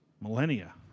millennia